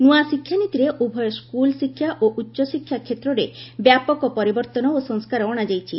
ନୂଆ ଶିକ୍ଷାନୀତିରେ ଉଭୟ ସ୍କୁଲ୍ ଶିକ୍ଷା ଓ ଉଚ୍ଚଶିକ୍ଷା କ୍ଷେତ୍ରରେ ବ୍ୟାପକ ପରିବର୍ତ୍ତନ ଓ ସଂସ୍କାର ଅଣାଯାଇଛି